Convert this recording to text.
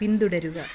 പിന്തുടരുക